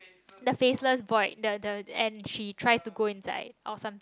the faceless boy the the and she try to go inside or something